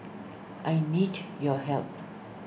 I need your help